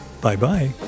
Bye-bye